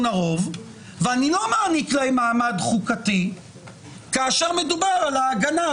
הרוב ואתה לא מעניק להם מעמד חוקתי כאשר מדובר על ההגנה,